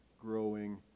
growing